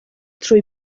trwy